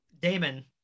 Damon